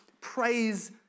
praise